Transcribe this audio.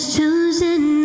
chosen